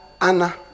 Anna